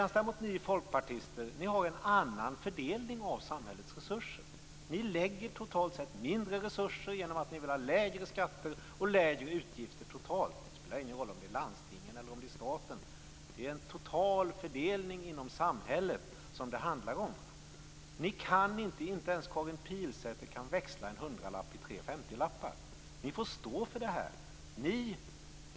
Ni folkpartister vill däremot ha en annan fördelning av samhällets resurser. Ni lägger totalt sett mindre resurser på den offentliga sektorn, genom att ni vill ha lägre skatter och lägre utgifter. Det spelar ingen roll om det är landstingen eller staten. Det handlar om en total fördelning inom samhället. Inte ens Karin Pilsäter kan växla en hundralapp i tre femtiolappar. Ni får stå för det här.